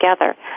together